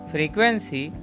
Frequency